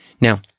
now